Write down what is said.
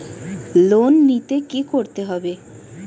Loan নিতে কী করতে হবে?